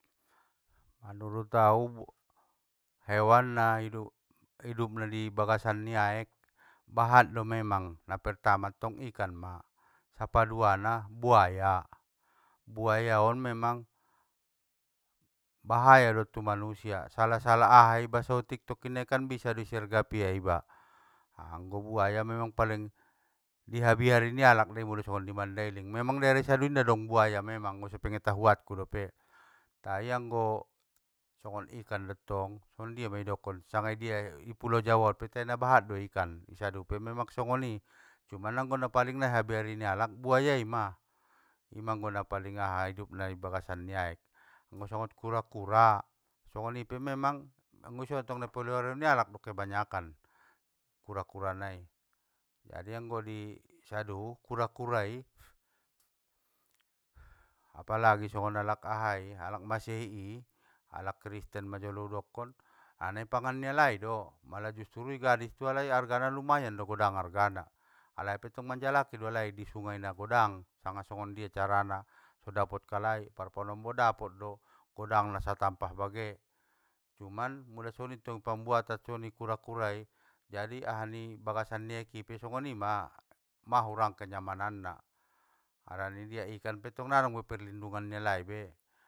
Manurut au, hewan na hidup- hidupna i bagasan ni aek, bahat do memang napertama tong ikan ma, sapaduana buaya, buayaon memang, bahaya do tu manusia, sala sala aha iba sotik tokkinnai kan bisa do isergapna iba, anggo buaya memang paling, dihabiari nialak dei mula songon di mandailing memang i daerah i sadun inda dong buaya memang nggon sepengetahuanku dope!. Tai anggo, songon ikan dottong, songondia ma do idokon sanga i dia, ipulo jawaon pe te nabahat do ikan, isadun pe memang songoni, cuman anggo na paling na hi habiari nialak memang buaya i ma, ima anggo na paling aha hidupna i bagasan ni aek, anggo songon kura kura, songoni pe memang, anggo ison tong nai paliaro ni alak dei kebanyakan, kura kura nai. Jadi anggo di sadu kura kura i, apalagi songon alak ahai, alak masehi i, alak keristen majolo udokon, a nai pangan nalai do, mala justru igadis tu alai argana lumayan do godang argana, alai pe tong manjalaki doalai i sunge nagodang, sanga songondia carana so dapotkalai, parpanombo dapot do, godangna satampah bagen. Cuman muda songoni tong i pambuatan songoni kura kura i, jadi aha nai bagasan ni aek i pe songonima, ma hurang kenyamanan na, harani di ikan pettong nadong be parlindungan ni alai be.